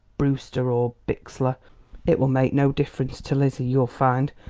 brewster or bixler it will make no difference to lizzie, you'll find.